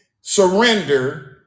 surrender